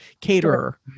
caterer